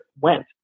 went